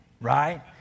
right